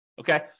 okay